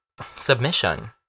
submission